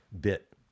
bit